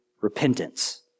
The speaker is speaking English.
repentance